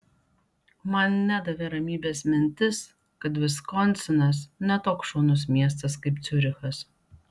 man nedavė ramybės mintis kad viskonsinas ne toks šaunus miestas kaip ciurichas